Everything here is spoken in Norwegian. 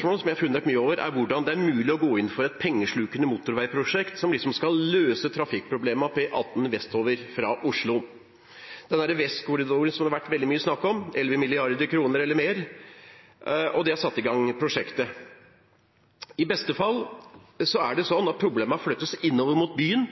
som jeg har fundert mye over, er hvordan det er mulig å gå inn for et pengeslukende motorveiprosjekt som liksom skal løse trafikkproblemene på E18 vestover fra Oslo – Vestkorridoren, som det har vært veldig mye snakk om, på 11 mrd. kr eller mer. Prosjektet er satt i gang. I beste fall flyttes problemene innover mot byen